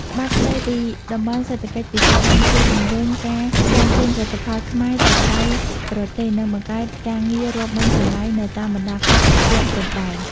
ច្បាប់ស្ដីពីតំបន់សេដ្ឋកិច្ចពិសេស បានជួយជំរុញការនាំចេញផលិតផលខ្មែរទៅក្រៅប្រទេស និងបង្កើតការងាររាប់ម៉ឺនកន្លែងនៅតាមបណ្ដាខេត្តជាប់ព្រំដែន។